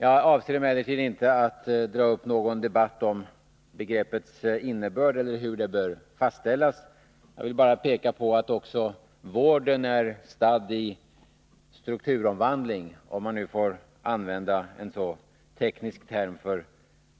Jag avser emellertid inte att dra upp någon debatt om begreppets innebörd eller hur det bör fastställas. Jag vill bara peka på att också vården är stadd i strukturomvandling — om man nu får använda en så teknisk term för